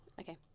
Okay